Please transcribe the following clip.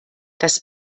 das